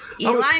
Eli